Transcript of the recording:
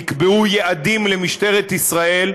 נקבעו יעדים למשטרת ישראל,